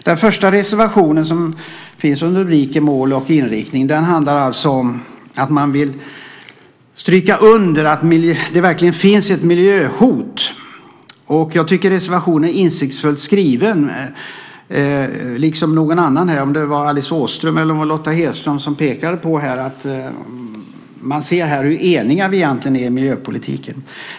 Den första reservationen, under rubriken Mål och inriktning, handlar om att man vill stryka under att det verkligen finns ett miljöhot. Jag tycker att reservationen är insiktsfullt skriven. Någon annan - Alice Åström eller Lotta Hedström - pekade på att man här ser hur eniga vi egentligen är i miljöpolitiken.